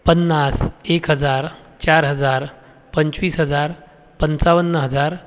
पन्नास एक हजार चार हजार पंचवीस हजार पंचावन्न हजार